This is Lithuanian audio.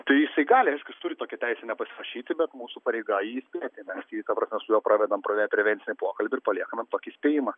tai jisai gali aišku jis turi tokią teisę nepasirašyti bet mūsų pareiga jį įspėti mes jį ta prasme su juo pravedam pra prevencinį pokalbį ir paliekame tokį įspėjimą